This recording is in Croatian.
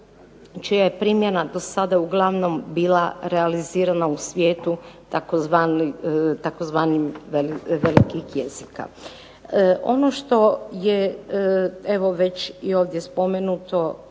čija je primjena dosada uglavnom bila realizirana u svijetu tzv. velikih jezika. Ono što je evo već i ovdje spomenuto